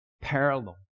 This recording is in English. parallel